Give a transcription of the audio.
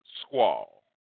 squall